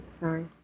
sorry